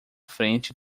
frente